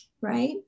right